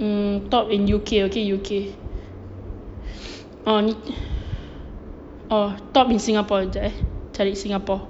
um top in U_K okay U_K oh err top in singapore jap eh cari singapore